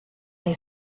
lay